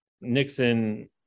Nixon